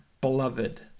beloved